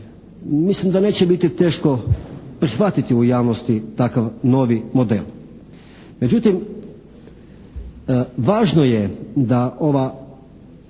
mislim da neće biti teško prihvatiti u javnosti takav novi model. Međutim važno je da ova